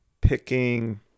picking